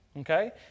Okay